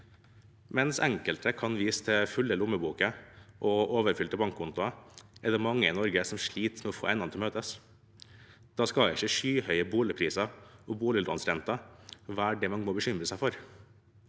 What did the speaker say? Mens enkelte kan vise til fulle lommebøker og overfylte bankkontoer, er det mange i Norge som sliter med å få endene til å møtes. Da skal ikke skyhøye boligpriser og boliglånsrenter være det man må bekymre seg for.